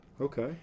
Okay